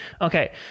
Okay